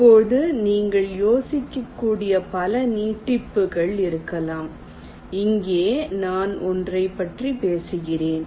இப்போது நீங்கள் யோசிக்கக்கூடிய பல நீட்டிப்புகள் இருக்கலாம் இங்கே நான் ஒன்றைப் பற்றி பேசுகிறேன்